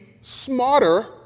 smarter